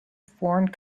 foreign